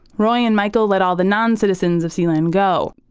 roy and michael led all the non-citizens of sealand go,